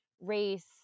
race